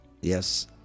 Yes